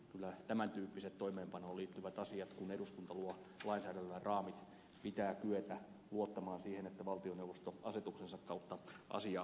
kyllä tämän tyyppisissä toimeenpanoon liittyvissä asioissa kun eduskunta luo lainsäädännöllä raamit pitää kyetä luottamaan siihen että valtioneuvosto asetuksensa kautta asiaa hoitaa